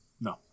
No